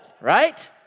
right